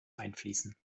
einfließen